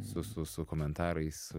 su su su komentarais su